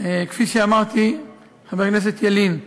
כפי שאמרתי, חבר הכנסת ילין,